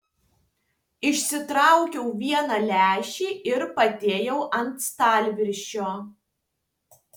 išsitraukiau vieną lęšį ir padėjau ant stalviršio